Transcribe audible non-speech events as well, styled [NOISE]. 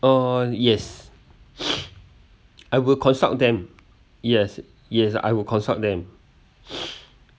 uh yes I will consult them yes yes I will consult them [NOISE]